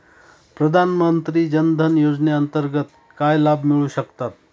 प्रधानमंत्री जनधन योजनेअंतर्गत काय लाभ मिळू शकतात?